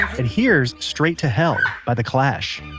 and here's straight to hell by the clash